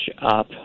up